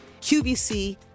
qvc